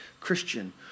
Christian